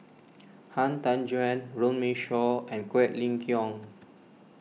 Han Tan Juan Runme Shaw and Quek Ling Kiong